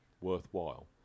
worthwhile